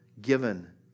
given